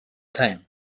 time